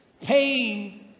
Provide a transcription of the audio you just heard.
Pain